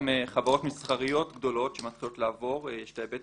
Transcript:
חברות מסחריות גדולות שמתחילות לעבור - יש את ההיבט